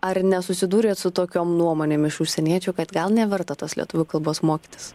ar nesusidūrėt su tokiom nuomonėm iš užsieniečių kad gal neverta tos lietuvių kalbos mokytis